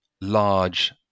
large